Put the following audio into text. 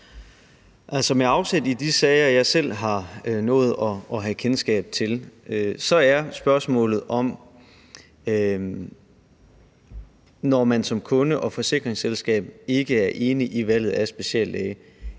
Altså, med afsæt i de sager, jeg selv har nået at have kendskab til, er spørgsmålet, når man som kunde og forsikringsselskab ikke er enig i valget af speciallæge,